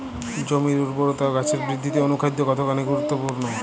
জমির উর্বরতা ও গাছের বৃদ্ধিতে অনুখাদ্য কতখানি গুরুত্বপূর্ণ?